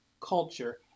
culture